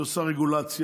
היא עושה יותר רגולציה,